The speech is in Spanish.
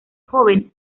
jóvenes